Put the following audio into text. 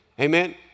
Amen